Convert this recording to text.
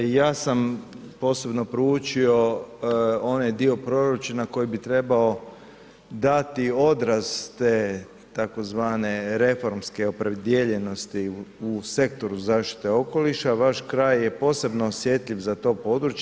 Ja sam posebno proučio onaj dio proračuna koji bi trebao dati odraz te tzv. reformske opredijeljenosti u sektoru zaštite okoliša, vaš kraj je posebno osjetljiv za to područje.